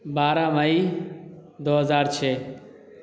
بارہ مئی دو ہزار چھ